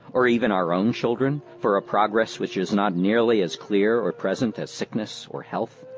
or even our own children, for a progress which is not nearly as clear or present as sickness or health,